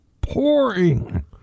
pouring